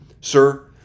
Sir